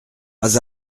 pas